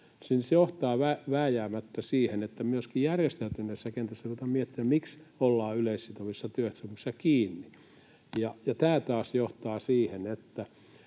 se johtaa vääjäämättä siihen, että myöskin järjestäytyneessä kentässä ruvetaan miettimään, miksi ollaan yleissitovissa työehtosopimuksissa kiinni. Tämä taas johtaa siihen,